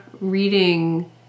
reading